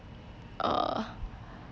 uh